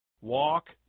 walk